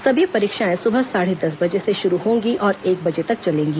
सभी परीक्षाएं सुबह साढ़े दस बजे से शुरू होंगी और एक बजे तक चलेंगी